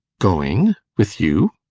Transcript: going! with you!